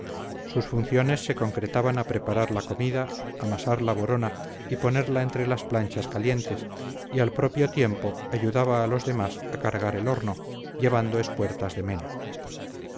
sus funciones se concretaban a preparar la comida amasar la borona y ponerla entre las planchas calientes y al propio tiempo ayudaba a los demás a cargar el horno llevando espuertas de mena